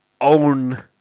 own